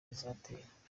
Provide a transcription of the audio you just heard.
bizatera